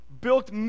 built